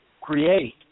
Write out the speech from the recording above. create